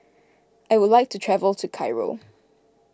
I would like to travel to Cairo